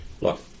look